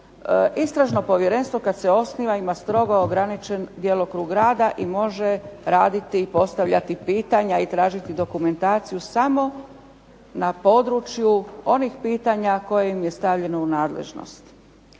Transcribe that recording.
Istražno povjerenstvo kada se osniva ima strogo ograničen djelokrug rada i može raditi, postavljati pitanja i tražiti dokumentaciju samo na području onih pitanja koje im je stavljeno u nadležnost.